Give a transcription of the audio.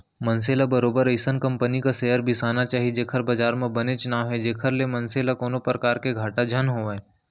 मनसे ल बरोबर अइसन कंपनी क सेयर बिसाना चाही जेखर बजार म बनेच नांव हे जेखर ले मनसे ल कोनो परकार ले घाटा झन होवय